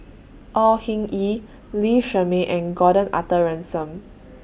Au Hing Yee Lee Shermay and Gordon Arthur Ransome